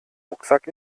rucksack